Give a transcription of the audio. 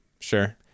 sure